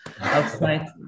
outside